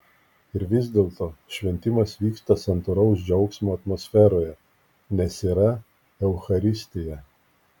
ir vis dėlto šventimas vyksta santūraus džiaugsmo atmosferoje nes yra eucharistija